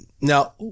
Now